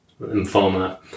lymphoma